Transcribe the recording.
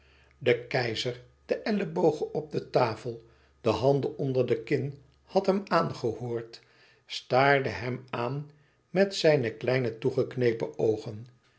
de keizer de ellebogen op de tafel de handen onder de kin had hem aangehoord staarde hem aan met zijne kleine toegeknepen oogen